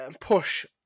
push